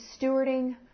stewarding